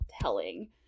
telling